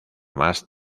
más